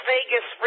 Vegas